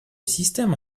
système